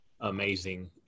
amazing